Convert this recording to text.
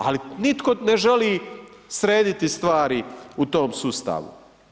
Ali nitko ne želi srediti stvari u tom sustavu.